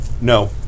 No